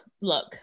look